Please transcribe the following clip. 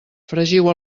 fregiu